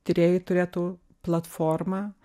tyrėjai turėtų platformą